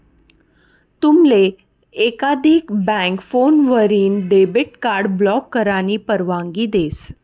तुमले एकाधिक बँक फोनवरीन डेबिट कार्ड ब्लॉक करानी परवानगी देस